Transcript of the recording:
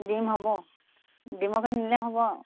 ডিম হ'ব ডিমকে নিলে হ'ব